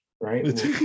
Right